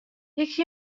یکی